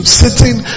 sitting